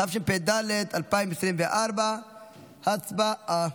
התשפ"ד 2024. הצבעה.